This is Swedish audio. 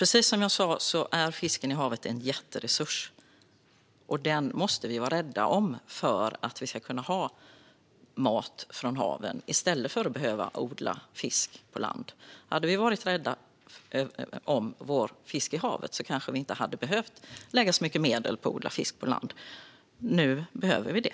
Precis som jag sa är fisken i havet en jätteresurs, och den måste vi vara rädda om för att vi ska kunna ha mat från haven i stället för att behöva odla fisk på land. Hade vi varit rädda om fisken i havet hade vi kanske inte behövt lägga så mycket medel på att odla fisk på land. Nu behöver vi det.